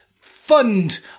fund